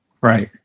Right